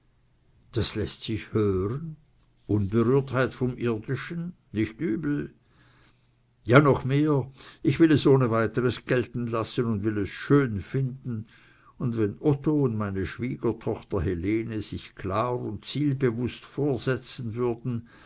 das läßt sich hören unberührtheit vom irdischen nicht übel ja noch mehr ich will es ohne weiteres gelten lassen und will es schön finden und wenn otto und meine schwiegertochter helene sich klar und zielbewußt vorsetzen würden